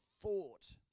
thought